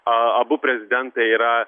abu prezidentai yra